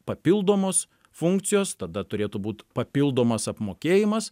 papildomos funkcijos tada turėtų būt papildomas apmokėjimas